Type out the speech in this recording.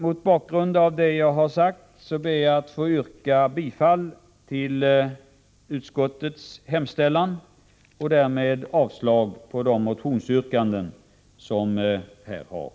Mot bakgrund av det jag sagt ber jag att få yrka bifall till utskottets hemställan och därmed avslag på de motionsyrkanden som framställts.